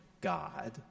god